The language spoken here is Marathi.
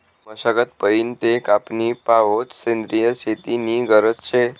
मशागत पयीन ते कापनी पावोत सेंद्रिय शेती नी गरज शे